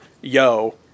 yo